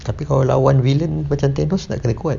tapi kalau lawan villain macam thanos nak kena kuat